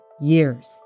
years